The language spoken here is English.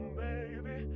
baby